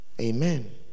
Amen